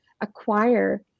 acquire